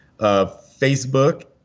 Facebook